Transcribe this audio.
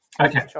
Okay